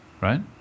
right